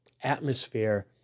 atmosphere